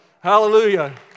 Hallelujah